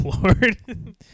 Lord